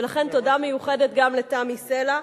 ולכן תודה מיוחדת גם לתמי סלע.